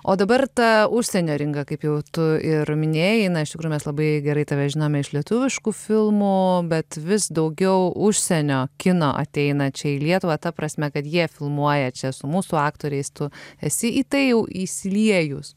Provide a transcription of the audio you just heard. o dabar ta užsienio ringa kaip jau tu ir minėjai na iš tikrųjų mes labai gerai tave žinome iš lietuviškų filmų bet vis daugiau užsienio kino ateina čia į lietuvą ta prasme kad jie filmuoja čia su mūsų aktoriais tu esi į tai jau įsiliejus